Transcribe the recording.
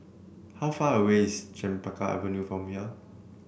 how far away is Chempaka Avenue from here